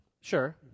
Sure